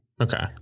okay